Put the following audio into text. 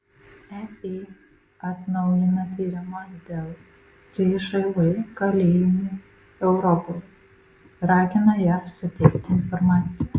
ep atnaujina tyrimą dėl cžv kalėjimų europoje ragina jav suteikti informaciją